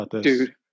Dude